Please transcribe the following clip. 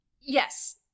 yes